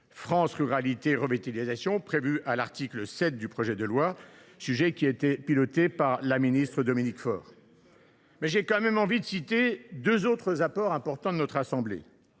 France Ruralités Revitalisation, prévus à l’article 7 du projet de loi, sujet qui était piloté par la ministre Dominique Faure. Je citerai tout de même deux autres apports importants de notre assemblée